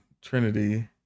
Trinity